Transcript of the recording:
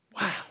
wow